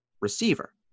receiver